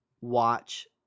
watch